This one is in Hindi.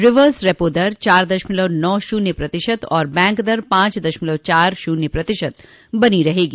रिवर्स रेपो दर चार दशमलव नौ शून्य प्रतिशत और बैंक दर पांच दशमलव चार शून्य प्रतिशत बनी रहेगी